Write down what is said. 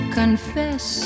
confess